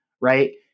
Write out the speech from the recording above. right